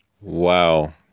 Wow